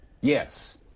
Yes